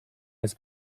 his